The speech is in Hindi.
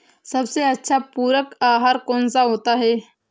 सबसे अच्छा पूरक आहार कौन सा होता है?